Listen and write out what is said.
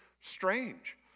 strange